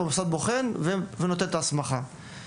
המוסד בוחן ונותן את ההסמכה.